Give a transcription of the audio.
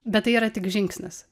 bet tai yra tik žingsnis